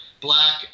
black